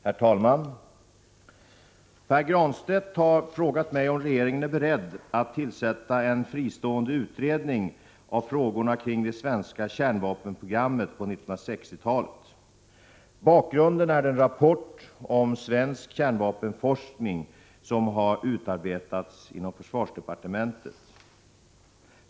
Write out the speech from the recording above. Herr talman! Pär Granstedt har frågat mig om regeringen är beredd att tillsätta en fristående utredning av frågorna kring det svenska kärnvapenprogrammet på 1960-talet. Bakgrunden är den rapport om svensk kärnvapenforskning som har utarbetats inom försvarsdepartementet.